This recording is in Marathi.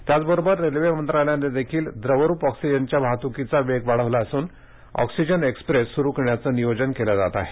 त्याचबरोबर रेल्वे मंत्रालयानं देखील द्रवरूप ऑक्सिजनच्या वाहत्कीचा वेग वाढवला असून ऑक्सिजन एक्स्प्रेस सुरु करण्याचं नियोजन केलं जात आहे